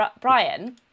Brian